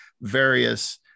various